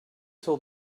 till